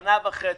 שנה וחצי,